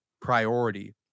priority